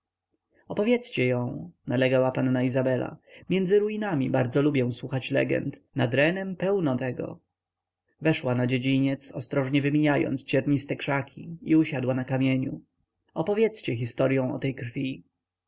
opowiedzcie ją nalegała panna izabela między ruinami bardzo lubię słuchać legend nad renem pełno tego weszła na dziedziniec ostrożnie wymijając cierniste krzaki i usiadła na kamieniu opowiedzcie historyą o tej krwi